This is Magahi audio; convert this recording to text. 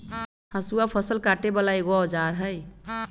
हसुआ फ़सल काटे बला एगो औजार हई